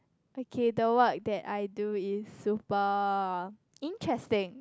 okay the word that I do is super interesting